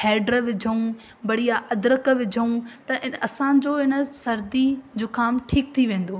हैड विझूं बढ़िया अदरक विझूं त इन असांजो इन सर्दी ज़ुकाम ठीक थी वेंदो